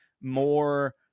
more